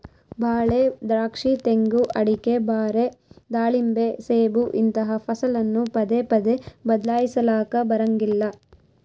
ಬಾಳೆ, ದ್ರಾಕ್ಷಿ, ತೆಂಗು, ಅಡಿಕೆ, ಬಾರೆ, ದಾಳಿಂಬೆ, ಸೇಬು ಇಂತಹ ಫಸಲನ್ನು ಪದೇ ಪದೇ ಬದ್ಲಾಯಿಸಲಾಕ ಬರಂಗಿಲ್ಲ